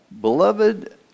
Beloved